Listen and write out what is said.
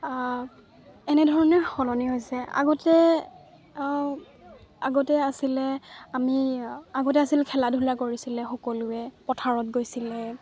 এনেধৰণে সলনি হৈছে আগতে আগতে আছিলে আমি আগতে আছিল খেলা ধূলা কৰিছিলে সকলোৱে পথাৰত গৈছিলে